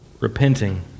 repenting